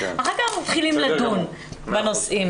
ואחר כך מתחילים לדון בנושאים.